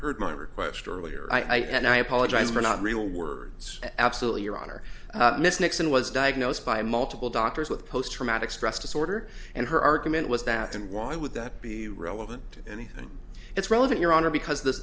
heard my request earlier i said i apologize for not real words absolutely your honor miss nixon was diagnosed by multiple doctors with post traumatic stress disorder and her argument was that and why would that be relevant to anything it's relevant your honor because the